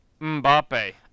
Mbappe